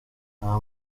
nta